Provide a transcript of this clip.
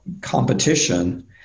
competition